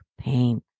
pain